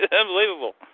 unbelievable